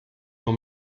nur